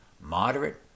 moderate